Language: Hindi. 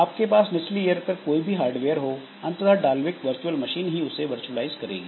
आपके पास निचली लेयर पर कोई भी हार्डवेयर हो अंततः डाल्विक वर्चुअल मशीन ही उसे वर्चुअलाइज़ करेगी